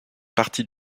partie